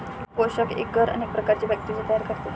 पोषक एग्गर अनेक प्रकारचे बॅक्टेरिया तयार करते